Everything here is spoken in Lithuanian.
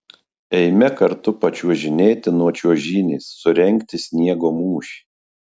eime kartu pačiuožinėti nuo čiuožynės surengti sniego mūšį